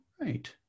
Right